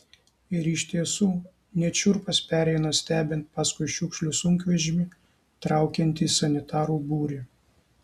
ir iš tiesų net šiurpas pereina stebint paskui šiukšlių sunkvežimį traukiantį sanitarų būrį